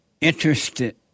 interested